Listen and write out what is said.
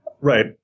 right